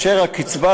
והקצבה,